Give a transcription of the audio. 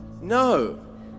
No